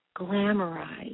glamorize